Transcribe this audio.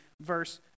Verse